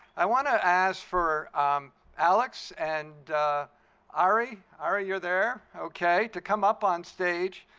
i want to ask for alex and ari. ari, you're there? okay. to come up on stage.